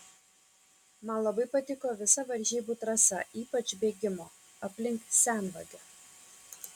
man labai patiko visa varžybų trasa ypač bėgimo aplink senvagę